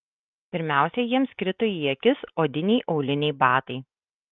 pirmiausia jiems krito į akis odiniai auliniai batai